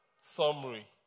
summary